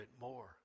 more